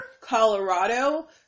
Colorado